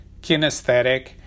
kinesthetic